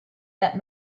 that